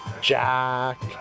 Jack